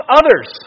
others